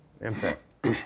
Impact